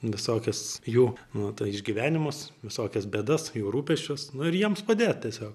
visokias jų nu tai išgyvenimus visokias bėdas jų rūpesčius nu ir jiems padėt tiesiog